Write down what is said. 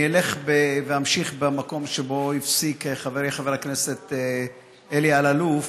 אני אלך ואמשיך מהמקום שבו הפסיק חברי חבר הכנסת אלי אלאלוף